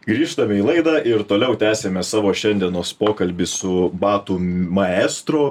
grįžtame į laidą ir toliau tęsiame savo šiandienos pokalbį su batų maestru